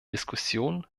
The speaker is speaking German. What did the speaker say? diskussionen